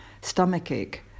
Stomachache